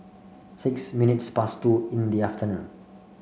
six minutes past two in the afternoon